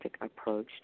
approach